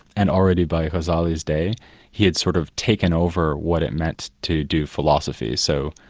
and already by ghazali's day he had sort of, taken over what it meant to do philosophy. so,